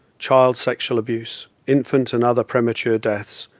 child sexual abuse, infant and other premature deaths,